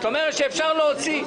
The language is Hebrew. זאת אומרת שאפשר להוציא.